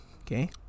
Okay